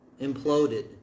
Imploded